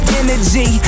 energy